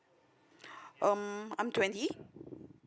um I'm twenty